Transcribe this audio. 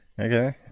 Okay